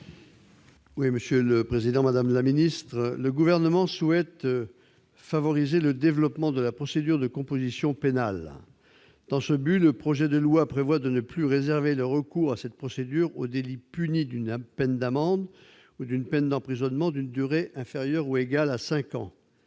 : La parole est à M. Jean-Luc Fichet. Le Gouvernement souhaite favoriser le développement de la procédure de composition pénale. Aussi, le projet de loi prévoit de ne plus réserver le recours à cette procédure aux délits punis d'une peine d'amende ou d'une peine d'emprisonnement d'une durée inférieure ou égale à cinq ans.